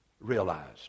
realized